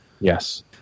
Yes